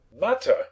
Matter